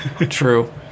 true